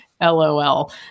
LOL